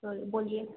और बोलिए